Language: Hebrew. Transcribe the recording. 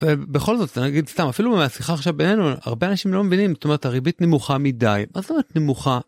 בכל זאת אני אגיד סתם אפילו מהשיחה עכשיו בינינו, הרבה אנשים לא מבינים - זאת אומרת הריבית נמוכה מדי אז נמוכה.